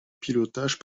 pilotage